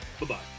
Bye-bye